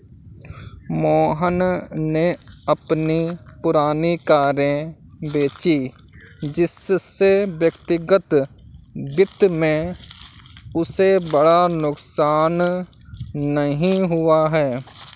मोहन ने अपनी पुरानी कारें बेची जिससे व्यक्तिगत वित्त में उसे बड़ा नुकसान नहीं हुआ है